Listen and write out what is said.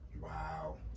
Wow